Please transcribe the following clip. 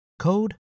code